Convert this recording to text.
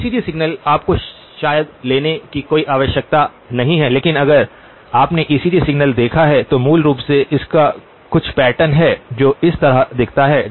ECG signal आपको शायद लेने की कोई आवश्यकता नहीं है लेकिन अगर आपने ईसीजी सिग्नल देखा है तो मूल रूप से इसका कुछ पैटर्न है जो इस तरह दिखता है